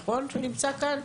נכון שהוא נמצא כאן?